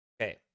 okay